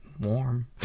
warm